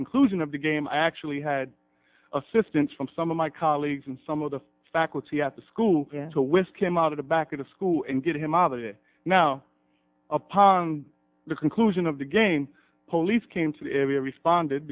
conclusion of the game i actually had assistance from some of my colleagues and some of the faculty at the school to whisk him out of the back of the school and get him out of it now upon the conclusion of the game police came to the area responded